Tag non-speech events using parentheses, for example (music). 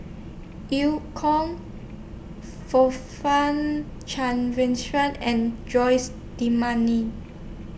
EU Kong (unintelligible) Cavenagh and Jose D' (unintelligible)